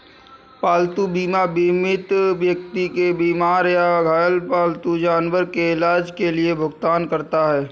पालतू बीमा बीमित व्यक्ति के बीमार या घायल पालतू जानवर के इलाज के लिए भुगतान करता है